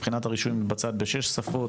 מבחינת הרישום הוא מתבצע בשש שפות.